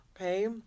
okay